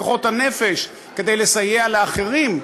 בכוחות הנפש כדי לסייע לאחרים,